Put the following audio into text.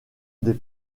des